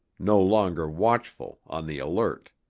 no longer watchful, on the alert.